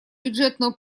бюджетную